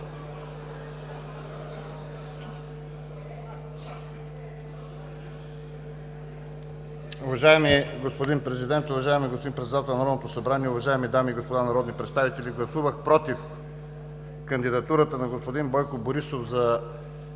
Уважаеми господин Президент, уважаеми господин Председател на Народното събрание, уважаеми дами и господа народни представители! Гласувах „против“ кандидатурата на господин Бойко Борисов за